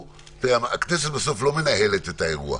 הכנסת בסוף לא מנהלת את האירוע,